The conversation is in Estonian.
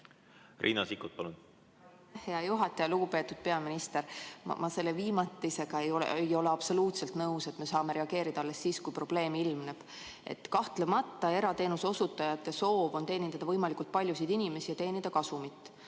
Riina Sikkut, palun! Aitäh, hea juhataja! Lugupeetud peaminister! Ma selle viimatisega ei ole absoluutselt nõus, sellega, et me saame reageerida alles siis, kui probleem ilmneb. Kahtlemata on erateenuse osutajate soov teenindada võimalikult paljusid inimesi ja teenida kasumit.